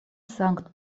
sankt